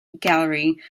gallery